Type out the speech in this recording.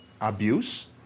abuse